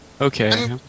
Okay